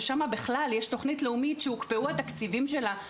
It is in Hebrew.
ששם בכלל יש תוכנית לאומית שהתקציבים שלה הוקפאו,